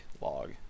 Log